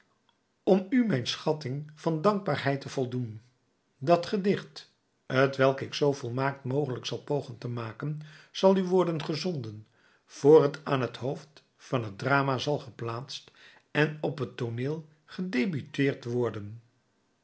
om u mijn schatting van dankbaarheid te voldoen dat gedicht t welk ik zoo volmaakt mogelijk zal pogen te maken zal u worden gezonden vr het aan t hoofd van het drama zal geplaatst en op het tooneel gedebuteerd worden